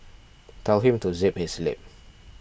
tell him to zip his lip